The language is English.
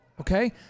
Okay